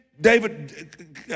David